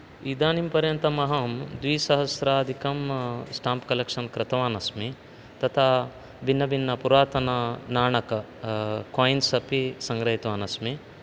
इदानीं पर्यन्तम् अहं द्विसहस्राधिकं स्टाम्प् कलेक्शन् कृतवानस्मि तथा भिन्नभिन्नपुरातनानां नाणकं कायिन्स् अपि सङ्ग्रहीतवानस्मि